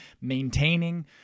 maintaining